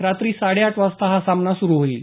रात्री साडेआठ वाजता सामना सुरु होईल